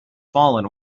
fallen